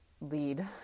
lead